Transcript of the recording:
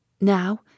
Now